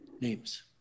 names